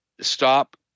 stop